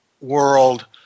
world